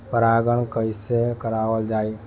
परागण कइसे करावल जाई?